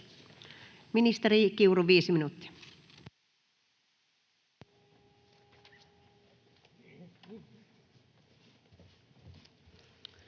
Ministeri Kiuru, 5 minuuttia.